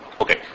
Okay